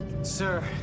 Sir